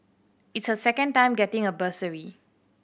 it's her second time getting a bursary